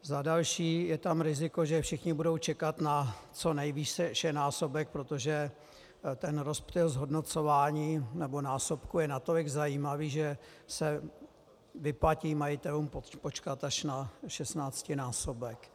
Za druhé je tam riziko, že všichni budou čekat na conejvýšenásobek, protože ten rozptyl zhodnocování nebo násobku je tak zajímavý, že se vyplatí majitelům počkat až na šestnáctinásobek.